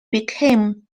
became